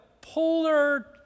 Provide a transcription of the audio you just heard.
polar